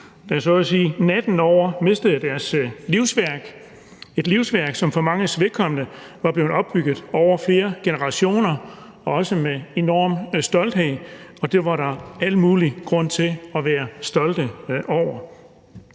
så at sige natten over mistede deres livsværk – et livsværk, som for manges vedkommende var blevet opbygget over flere generationer og også med enorm stolthed, og det var der al mulig grund til at være stolte over.